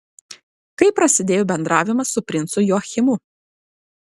kaip prasidėjo bendravimas su princu joachimu